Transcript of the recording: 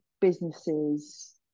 businesses